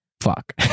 fuck